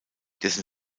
dessen